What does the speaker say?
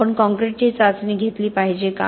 आपण काँक्रिटची चाचणी घेतली पाहिजे का